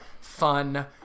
fun